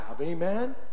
Amen